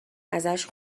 ازش